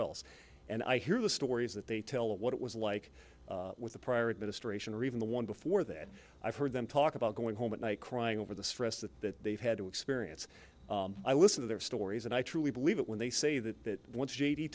else and i hear the stories that they tell what it was like with the prior administration or even the one before that i've heard them talk about going home at night crying over the stress that they've had to experience i listen to their stories and i truly believe it when they say that